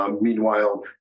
meanwhile